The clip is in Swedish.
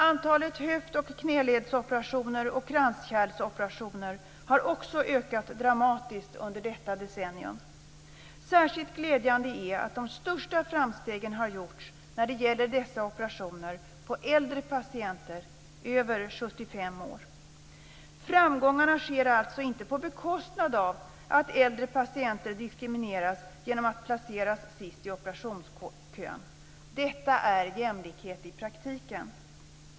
Antalet höft och knäledsoperationer och kranskärlsoperationer har också ökat dramatiskt under detta decennium. Särskilt glädjande är att de största framstegen har gjorts när det gäller dessa operationer på äldre patienter över 75 år. Framgångarna sker alltså inte på bekostnad av att äldre patienter diskrimineras genom att placeras sist i operationskön. Detta är jämlikhet i praktiken.